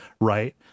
right